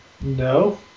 no